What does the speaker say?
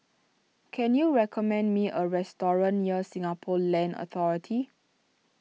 can you recommend me a restaurant near Singapore Land Authority